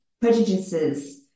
prejudices